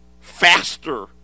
faster